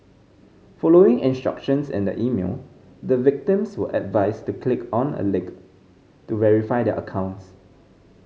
following instructions in the email the victims were advised to click on a link to verify their accounts